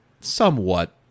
somewhat